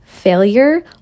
Failure